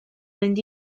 mynd